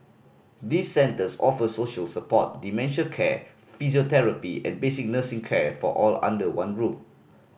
these centres offer social support dementia care physiotherapy and basic nursing care for all under one roof